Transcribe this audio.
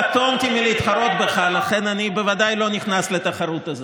לא עובר את אחוז החסימה.